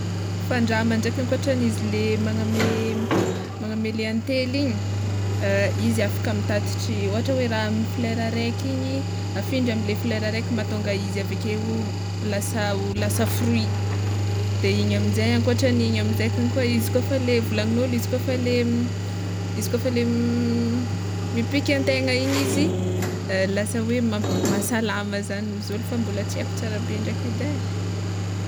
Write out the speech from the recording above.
Fandrama ndraika ankotran'izy la magbname, magname le antely igny, izy afaka mitatitry ôhatry hoe raha amy flera raiky igny afindra amle flera raiky mahatonga izy avekeo ho lasa ho lasa fruit de igny amizay ankotran'igny amizay igny kôfa le volagnin'olo izy kôfa le izy kôfa le mipika antegna igny izy lasa hoe mamp- mahasalama zagny ozy olo fa mbola tsy aiko tsara be ndraiky edy e.